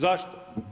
Zašto?